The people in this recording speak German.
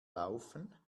laufen